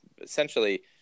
essentially